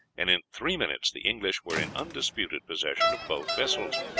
and in three minutes the english were in undisputed possession of both vessels.